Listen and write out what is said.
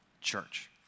church